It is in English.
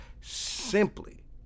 simply